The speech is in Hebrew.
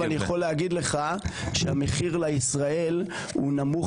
אבל אני יכול להגיד לך שהמחיר לישראל הוא נמוך